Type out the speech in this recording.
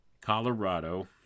Colorado